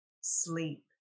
sleep